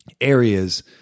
areas